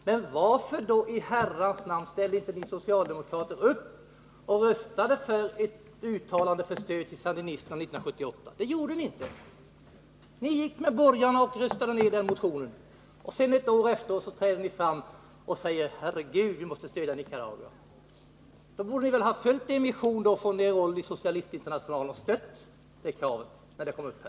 Men varför i herrans namn ställde ni socialdemokrater inte upp och röstade för ett uttalande om stöd till sandinisterna 1978? Det gjorde ni inte. Ni gick med borgarna och röstade ner den motionen. Ett år efteråt träder ni fram och säger: Herregud, vi måste stödja Nicaragua! Då borde ni väl ha följt er mission från Socialistinternationalen och stött det kravet när det kom upp här.